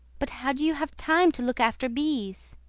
but how do you have time to look after bees?